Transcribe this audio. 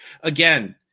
Again